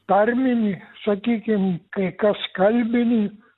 tarminį sakykim kai kas kalbinį